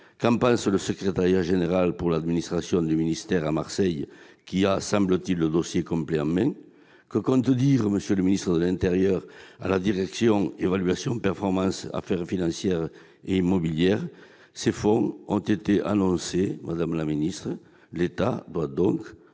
Qu'en pense le Secrétariat général pour l'administration du ministère à Marseille qui a, semble-t-il, le dossier complet en main ? Que compte dire M. le ministre d'État, ministre de l'intérieur à la direction de l'évaluation de la performance et des affaires financières et immobilières ? Ces fonds ont été annoncés, madame la secrétaire d'État. L'État doit donc